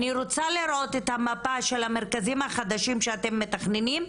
אני רוצה לראות את המפה של המרכזים החדשים שאתם מתכננים,